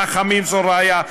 רחמים סרויה,